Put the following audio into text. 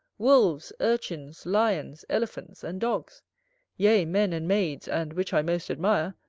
wolves, urchins, lions, elephants, and dogs yea, men and maids, and, which i most admire,